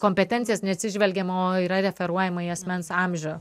kompetencijas neatsižvelgiama o yra referuojama į asmens amžių